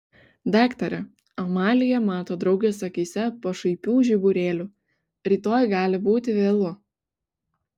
daktare amalija mato draugės akyse pašaipių žiburėlių rytoj gali būti vėlu